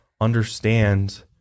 Understand